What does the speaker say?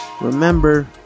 remember